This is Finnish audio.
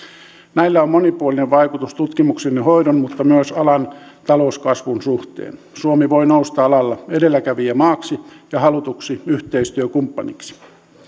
näillä on monipuolinen vaikutus tutkimuksen ja hoidon mutta myös alan talouskasvun suhteen suomi voi nousta alalla edelläkävijämaaksi ja halutuksi yhteistyökumppaniksi